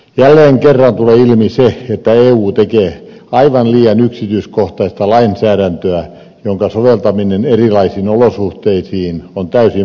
jälleen kerran tulee ilmi se että eu tekee aivan liian yksityiskohtaista lainsäädäntöä jonka soveltaminen erilaisiin olosuhteisiin on täysin mahdotonta